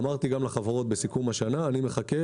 -- אמרתי גם לחברות בסיכום השנה שאני מחכה